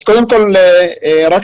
קודם כל, תיקון.